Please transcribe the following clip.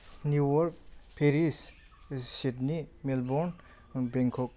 new York Paris Sydney Melbourne Bangkok